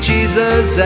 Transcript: Jesus